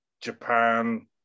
Japan